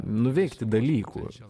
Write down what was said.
nuveikti dalykų